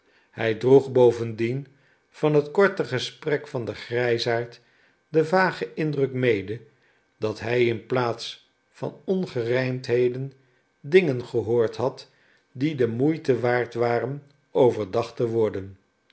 hij droeg bovendien van het korte gesprek van den grijsaard den vagen indruk mede dat hij in plaats van ongerijmdheden dingen gehoord had die de moeite waard waren overdacht te worden